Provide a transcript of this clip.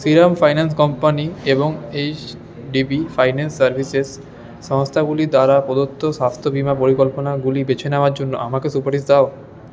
Shriram finance company এবং HDB finance services সংস্থাগুলি দ্বারা প্রদত্ত স্বাস্থ্য বিমা পরিকল্পনাগুলি বেছে নেওয়ার জন্য আমাকে সুপারিশ দাও